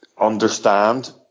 understand